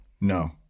No